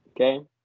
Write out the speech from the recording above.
okay